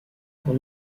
pour